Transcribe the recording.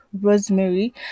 Rosemary